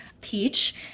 peach